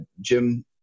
Jim